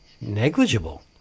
negligible